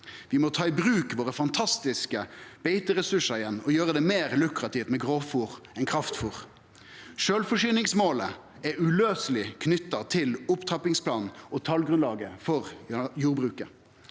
Vi må ta i bruk våre fantastiske beiteressursar igjen og gjere det meir lukrativt med grovfôr enn kraftfôr. Sjølvforsyningsmålet er uløyseleg knytt til opptrappingsplanen og talgrunnlaget for jordbruket.